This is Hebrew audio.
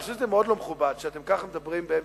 אני חושב שזה מאוד לא מכובד שאתם ככה מדברים באמצע,